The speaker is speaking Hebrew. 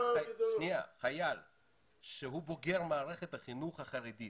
חייל שהוא בוגר מערכת החינוך החרדית